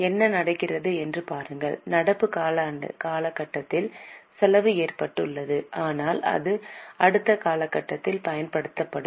என்ன நடக்கிறது என்று பாருங்கள் நடப்பு காலகட்டத்தில் செலவு ஏற்பட்டுள்ளது ஆனால் அது அடுத்த காலகட்டத்தில் பயன்படுத்தப்படும்